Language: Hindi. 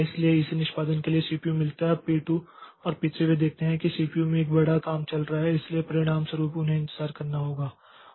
इसलिए इसे निष्पादन के लिए सीपीयू मिलता है अब P2 और P3 वे देखते हैं कि सीपीयू में एक बड़ा काम चल रहा है इसलिए परिणामस्वरूप उन्हें इंतजार करना होगा